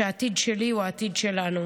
שהעתיד שלי הוא העתיד שלנו,